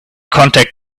contact